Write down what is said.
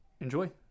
enjoy